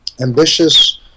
ambitious